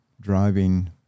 driving